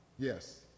Yes